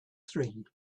three